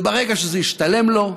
וברגע שזה השתלם לו,